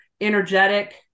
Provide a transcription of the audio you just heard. energetic